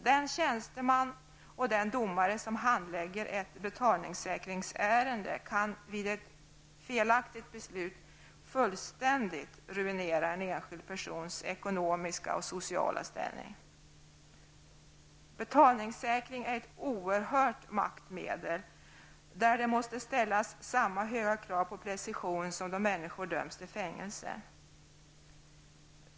Den tjänsteman och den domare som handlägger ett betalningssäkringsärende kan vid ett felaktigt beslut fullständigt ruinera en enskild persons ekonomiska och sociala ställning. Betalningssäkring är ett oerhört maktmedel, och det måste i samband med användningen av detta ställas samma höga krav på precision som då människor döms till fängelse.